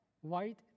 white